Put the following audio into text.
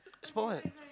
spot one